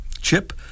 chip